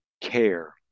care